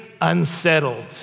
unsettled